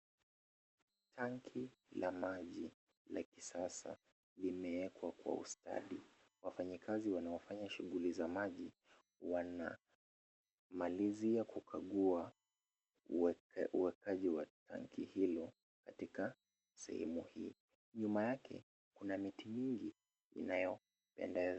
Tanki la maji la kisasa limewekwa kwa ustadi. Wafanyakazi wanaofanya shughuli za maji wanamalizia kukagua uwekaji wa tanki hiyo katika sehemu hii. Nyuma yake kuna miti mingi inayo...